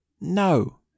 No